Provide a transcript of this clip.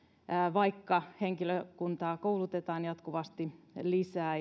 vaikka henkilökuntaa koulutetaan jatkuvasti lisää